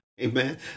Amen